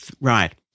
Right